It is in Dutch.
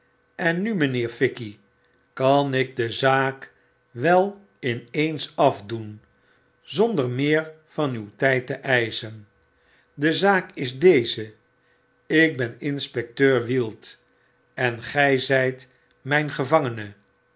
ik ennu mijnheer fikey kan ik de zaak wel in eens afdoen zonder meer van uw tijd te eischen de zaak is deze ik ben inspecteur wield en gij zyt myn gevangene